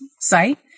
site